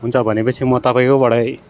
हुन्छ भनेपछि म तपाईँकोबाटै